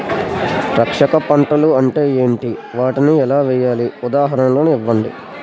రక్షక పంటలు అంటే ఏంటి? వాటిని ఎలా వేయాలి? ఉదాహరణలు ఇవ్వండి?